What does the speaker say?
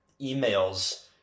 emails